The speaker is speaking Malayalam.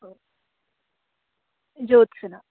ഓ ജോത്സന